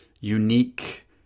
unique